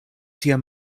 sia